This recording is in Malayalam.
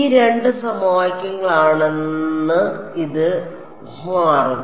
ഈ രണ്ട് സമവാക്യങ്ങളാണെന്ന് ഇത് മാറും